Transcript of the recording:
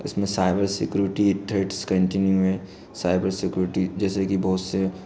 इसमें cyber security threads continue हैं cyber security जैसे कि बहुत से